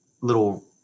little